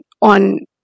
on